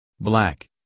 black